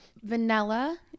vanilla